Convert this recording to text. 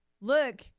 Look